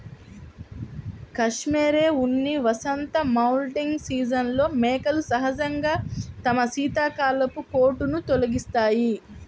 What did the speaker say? cashmere ఉన్ని వసంత moulting సీజన్లో మేకలు సహజంగా తమ శీతాకాలపు కోటును తొలగిస్తాయి